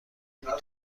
میتونم